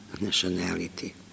nationality